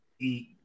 eat